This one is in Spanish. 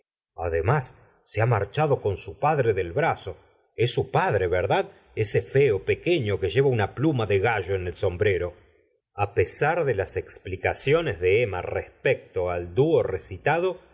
además se ha marchado con su padre del brazo es su padre verdad ese feo pequeño que lleva una pluma de gallo en el sombrero a pesar de las explicaciones de emma respeto al dúo recitado